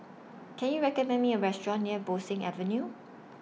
Can YOU recommend Me A Restaurant near Bo Seng Avenue